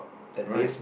right